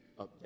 update